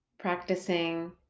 practicing